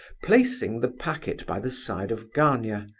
placing the packet by the side of gania.